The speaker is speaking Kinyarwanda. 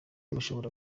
mushobora